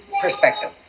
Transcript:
perspective